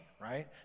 right